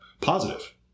Positive